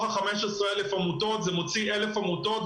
15,000 עמותות זה מוציא 1,000 עמותות,